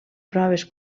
proves